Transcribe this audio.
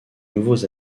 nouveaux